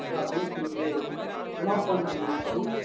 अपनो ठीके यऽ केना फोन केलियै कहु